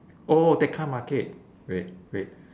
oh tekka market wait wait